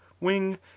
wing